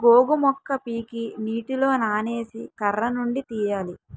గోగు మొక్క పీకి నీటిలో నానేసి కర్రనుండి తీయాలి